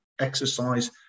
exercise